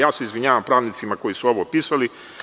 Ja se izvinjavam pravnicima koji su ovo pisali.